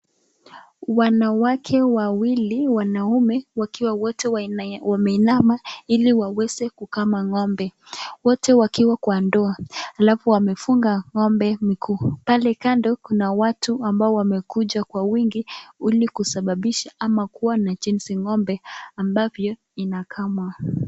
Wanawake wawili wanaume wakiwa wote wa aina wameinama ili waweze kukama ng'ombe, wote wakiwa kwa ndoa alafu wamefunga ng'ombe miguu, pale kando kuna watu ambao wamekuja kwa wingi ili kusababisha au kuona jinsi ng'ombe ambavyo inakamwa.